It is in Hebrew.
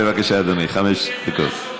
בבקשה, אדוני, חמש דקות.